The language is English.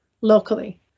locally